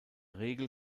regel